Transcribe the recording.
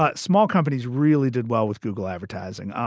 but small companies really did well with google advertising.